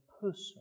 person